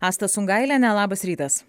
asta sungailienė labas rytas